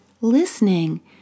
listening